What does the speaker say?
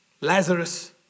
Lazarus